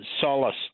solace